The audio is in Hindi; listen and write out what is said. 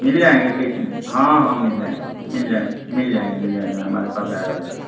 मिल जाएँगे कितने हाँ हाँ मिल जाएँ मिल जाएँगे मिल जाएँगे मिल जाऍंगे हमारे पास है आल ओवर